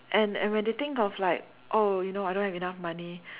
and and when they think of like oh you know I don't have enough money